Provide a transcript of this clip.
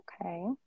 okay